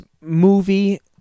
movie